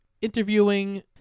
interviewing